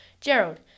Gerald